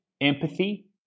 empathy